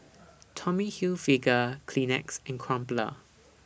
Tommy Hilfiger Kleenex and Crumpler